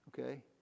Okay